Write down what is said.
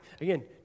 Again